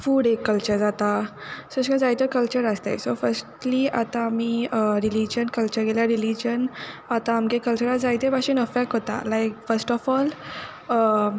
food एक culture जाता एशें कोन्न जायते कल्चर आसताय सो फस्ट्ली आतां आमी रिलीजन कल्चर घेयला रिलीजन आतां आमगे कल्चरान जायते बाशेन अफेक्ट कोतता लायक फस्ट ऑफ ऑल